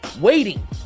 waiting